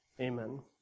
amen